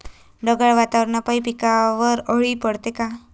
ढगाळ वातावरनापाई पिकावर अळी पडते का?